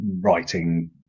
writing